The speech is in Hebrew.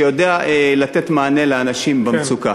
שיודע לתת מענה לאנשים במצוקה.